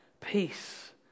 peace